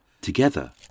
together